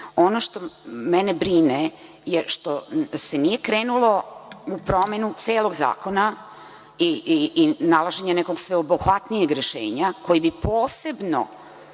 što mene brine je što se nije krenulo u promenu celog zakona i nalaženje nekog sveobuhvatnijeg rešenja, koje bi se posebno